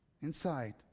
Inside